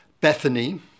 Bethany